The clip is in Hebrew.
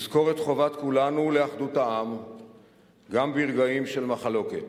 לזכור את חובת כולנו לאחדות העם גם ברגעים של מחלוקת.